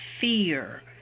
fear